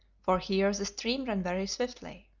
for here the stream ran very swiftly.